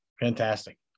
Fantastic